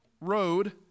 road